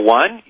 one